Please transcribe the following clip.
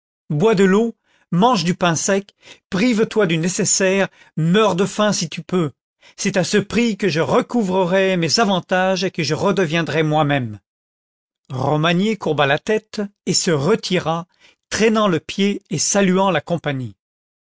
bois de l'eau mange du pain sec prive toi du nécessaire meurs de faim si tu peux c'est à ce prix que je recouvrerai mes avantages et que je redeviendrai moi-même romagné courba la tête et se retira traînant le pied et saluant la compagnie